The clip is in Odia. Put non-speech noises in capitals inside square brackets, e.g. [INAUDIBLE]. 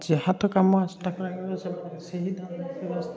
ଯାହା ତ କାମ [UNINTELLIGIBLE] ଠାକୁରାଣୀଙ୍କ [UNINTELLIGIBLE] ସେହି ଦାନ